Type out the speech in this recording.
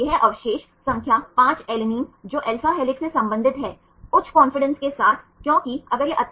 क्या यह इंटरेक्शन्स जो अल्फा हेलिकल संरचनाओं को बनाए रखती है सही